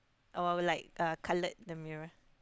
or like coloured the mirror